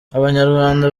abanyarwanda